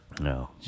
No